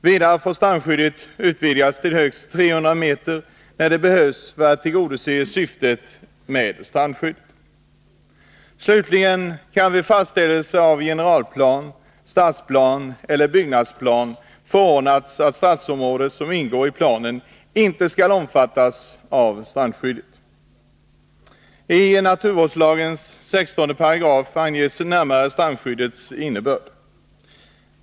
Vidare får strandskyddet utvidgas till högst 300 m, ”när det behövs för att tillgodse syftet med strandskyddet”. Slutligen kan vid fastställelse av generalplan, stadsplan eller byggnadsplan förordnas att strandområde som ingår i planen inte skall omfattas av strandskyddet. I naturvårdslagens 16 § anges närmare strandskyddets innebörd.